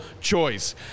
choice